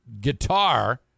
guitar